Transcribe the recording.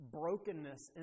brokenness